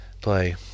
play